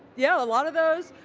yeah, a lot of those.